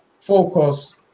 focus